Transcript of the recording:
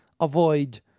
avoid